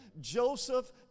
Joseph